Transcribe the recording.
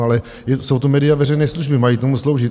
Ale jsou to média veřejné služby, mají tomu sloužit.